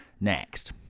next